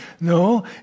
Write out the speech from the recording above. No